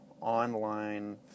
online